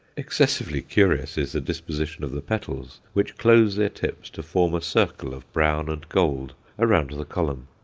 excessively curious is the disposition of the petals, which close their tips to form a circle of brown and gold around the column.